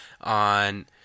on